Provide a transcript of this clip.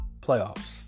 Playoffs